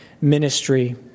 ministry